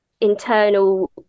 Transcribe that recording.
internal